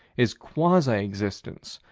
is quasi-existence,